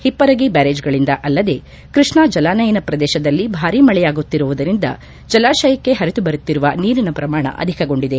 ಹಿಪ್ಪರಗಿ ಬ್ಯಾರೇಜ್ಗಳಿಂದ ಅಲ್ಲದೆ ಕೃಷ್ಣ ಜಲಾನಯನ ಪ್ರದೇಶದಲ್ಲಿ ಭಾರಿ ಮಳೆಯಾಗುತ್ತಿರುವುದರಿಂದ ಜಲಾಶಯಕ್ಕೆ ಹರಿದು ಬರುತ್ತಿರುವ ನೀರಿನ ಪ್ರಮಾಣ ಅಧಿಕಗೊಂಡಿದೆ